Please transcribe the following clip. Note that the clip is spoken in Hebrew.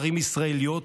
ערים ישראליות,